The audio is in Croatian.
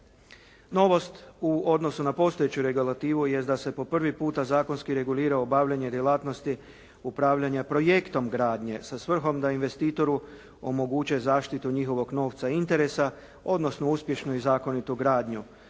Novost u odnosu na postojeću regulativu jest da se po prvi puta zakonski regulira obavljanje djelatnosti upravljanja projektom gradnje sa svrhom da investitoru omoguće zaštitu njihovog novca i interesa, odnosno uspješnu i zakonitu gradnju.